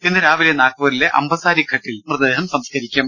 ഇന്ന് രാവിലെ നാഗ്പൂരിലെ അംബസാരി ഘട്ടിൽ മൃതദേഹം സംസ്കരിക്കും